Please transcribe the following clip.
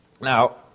Now